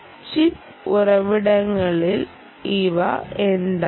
chip ഉറവിടങ്ങളിൽ ഇവ എന്താണ്